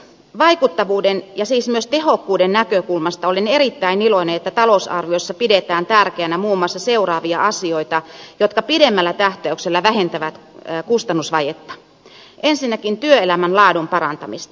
vaikuttavuuden ja siis myös tehokkuuden näkökulmasta olen erittäin iloinen että talousarviossa pidetään tärkeänä muun muassa seuraavia asioita jotka pidemmällä tähtäyksellä vähentävät kustannusvajetta ensinnäkin työelämän laadun parantamista